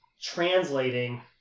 translating